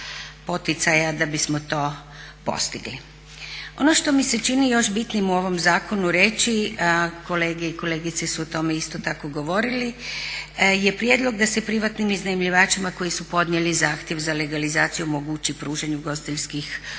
poticaja da bismo to postigli. Ono što mi se čini još bitnijim u ovom zakonu reći, kolege i kolegice su o tome isto tako govorili, je prijedlog da se privatnim iznajmljivačima koji su podnijeli zahtjev za legalizaciju omogući pružanje ugostiteljskih